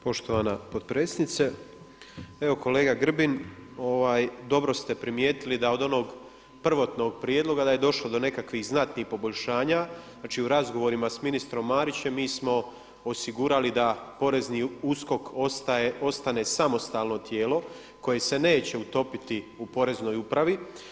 Poštovana potpredsjednice, evo kolega Grbin, dobro ste primijetili da od onog prvotnog prijedloga da je došlo do nekakvih znatnih poboljšanja znači u razgovorima s ministrom Marićem mi smo osigurali da porezni USKOK ostane samostalno tijelo koje se neće utopiti u poreznoj upravi.